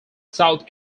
south